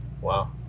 Wow